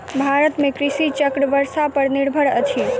भारत में कृषि चक्र वर्षा पर निर्भर अछि